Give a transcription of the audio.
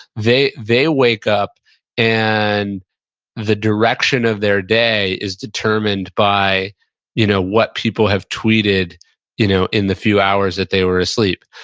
they they wake up and the direction of their day is determined by you know what people have tweeted you know in the few hours that they were asleep,